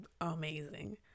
amazing